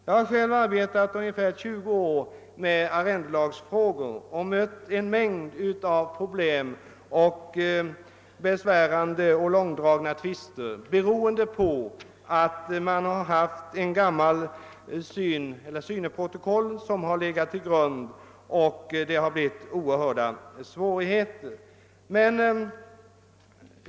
Jag har själv arbetat i ungefär 20 år med arrendelagsfrågor och mött en mängd problem och besvärande och långdragna tvister som berott på att ett mycket gammalt syneprotokoll har legat till grund för avräkningen.